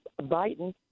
Biden